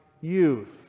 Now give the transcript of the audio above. youth